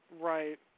Right